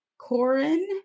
Corin